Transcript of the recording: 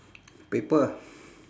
paper ah